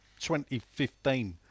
2015